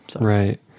right